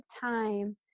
time